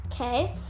Okay